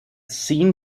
seen